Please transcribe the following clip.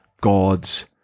God's